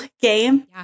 game